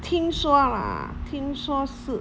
听说 lah 听说是